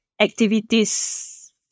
activities